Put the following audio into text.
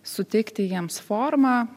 suteikti jiems formą